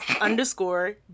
underscore